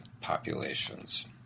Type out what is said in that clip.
populations